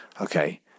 okay